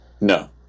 No